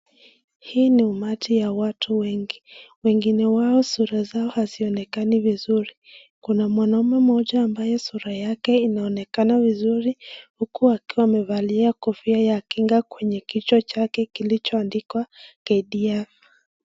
Hii ni umati ya watu wengi, wengine wao sura zao hazionekani vizuri, kuna mwanaume mmoja ambaye sura yake inaonekana vizuri huku akiwa amevalia kofia ya kingwa kwenye kichwa chake kilichoandikwa KDF.